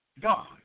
God